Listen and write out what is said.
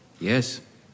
Yes